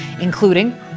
including